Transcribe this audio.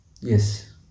Yes